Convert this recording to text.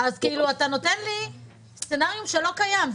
אז אתה כאילו נותן לי סצנריו שלא קיים.